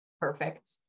Perfect